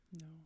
No